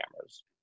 cameras